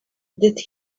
that